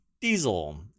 diesel